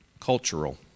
cultural